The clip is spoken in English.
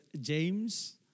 James